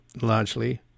largely